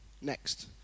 Next